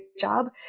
job